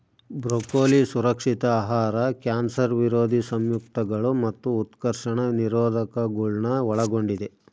broccoli ಸುರಕ್ಷಿತ ಆಹಾರ cancer ವಿರೋಧಿ ಸಂಯುಕ್ತಗಳು ಮತ್ತು ಉತ್ಕರ್ಷಣ ನಿರೋಧಕಗುಳ್ನ ಒಳಗೊಂಡಿದ